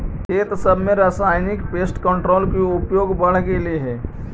खेत सब में रासायनिक पेस्ट कंट्रोल के उपयोग बढ़ गेलई हे